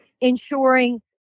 ensuring